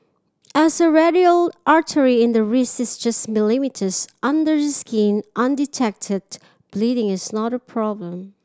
as the radial artery in the wrist is just millimetres under the skin undetected bleeding is not a problem